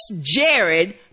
Jared